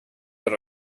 but